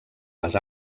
les